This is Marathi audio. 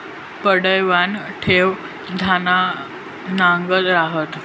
पडवयना देठं धागानागत रहातंस